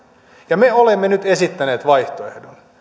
ja me olemme nyt esittäneet vaihtoehdon